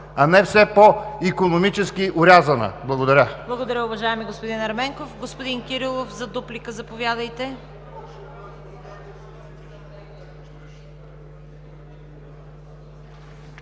а не все по-икономически орязана. Благодаря.